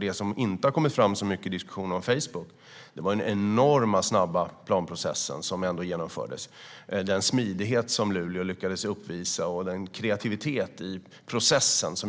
Det som inte har kommit fram så mycket i diskussionen om Facebook är nämligen den enormt snabba planprocess som ändå genomfördes, liksom den smidighet och kreativitet i processen Luleå lyckades uppvisa.